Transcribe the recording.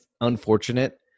unfortunate